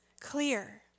clear